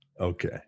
okay